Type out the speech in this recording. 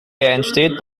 entsteht